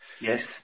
Yes